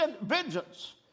vengeance